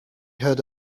heard